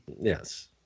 Yes